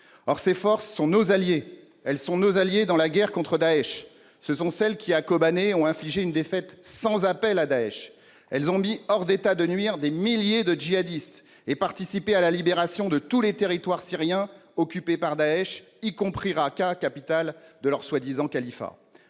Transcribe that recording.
par des forces kurdes. Or ces forces sont nos alliées dans la guerre contre Daech. Ce sont elles qui, à Kobané, ont infligé une défaite sans appel à Daech. Elles ont mis hors d'état de nuire des milliers de djihadistes et participé à la libération de tous les territoires syriens occupés par Daech, y compris Rakka, capitale du prétendu califat.